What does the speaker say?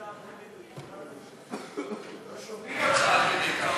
לא שומעים אותך.